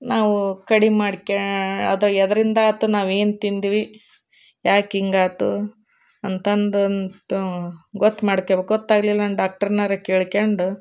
ನಾವು ಕಡಿಮೆ ಮಾಡ್ಕ್ಯ ಅದು ಎದರಿಂದ ಆಯ್ತು ನಾವು ಏನು ತಿಂದ್ವಿ ಯಾಕೆ ಹಿಂಗ್ ಆಯ್ತು ಅಂತಂದಂತು ಗೊತ್ತು ಮಾಡ್ಕೋಬೇಕು ಗೊತ್ತಾಗಲಿಲ್ಲ ಅಂದ್ರೆ ಡಾಕ್ಟರ್ನಾರೂ ಕೇಳಿಕೊಂಡು